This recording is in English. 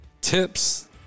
tips